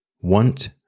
Want